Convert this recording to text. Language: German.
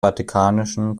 vatikanischen